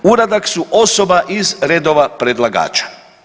Uradak su osoba iz redova predlagača.